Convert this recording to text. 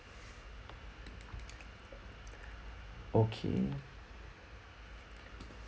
okay